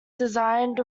designed